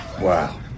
Wow